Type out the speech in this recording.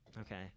Okay